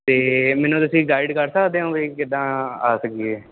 ਅਤੇ ਮੈਨੂੰ ਤੁਸੀਂ ਗਾਈਡ ਕਰ ਸਕਦੇ ਹੋ ਕਿ ਕਿੱਦਾਂ ਆ ਸਕੀਏ